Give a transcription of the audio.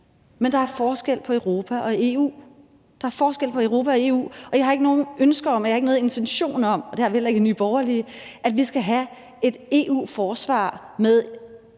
at vi gør det i Europa. Men der er forskel på Europa og EU. Og jeg har ikke noget ønske om, og jeg har ingen intention om – det har vi heller ikke i Nye Borgerlige – at vi skal have et EU-forsvar med